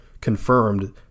confirmed